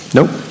Nope